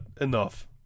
enough